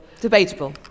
debatable